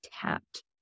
tapped